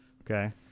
Okay